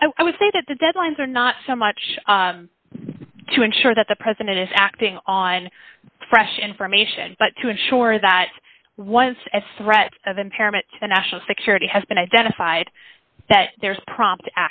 what i would say that the deadlines are not so much to ensure that the president is acting on fresh information but to ensure that was a threat of impairment to national security has been identified that there's prompt